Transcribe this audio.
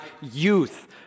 youth